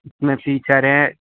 اس میں فیچر ہے